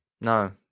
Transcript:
No